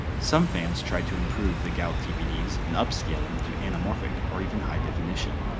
some fans tried to improve the gout dvds and upscale them to anamorphic, or even high definition.